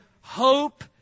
hope